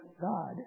God